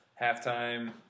halftime